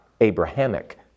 Abrahamic